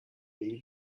been